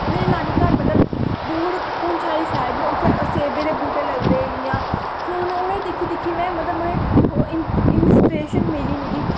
में नानी घर मतलब दूर पुंछ आह्ली साइड न उ'त्थें सेबें दे बूह्टे लगदे फ्ही में उ'नें गी दिक्खी दिक्खी मतलब उ'नें गी इंस्पिरेशन मिली मिगी